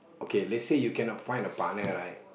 okay let's say you cannot find a partner right